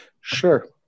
Sure